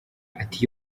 ati